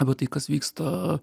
apie tai kas vyksta